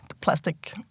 plastic